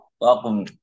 welcome